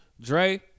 Dre